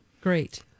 Great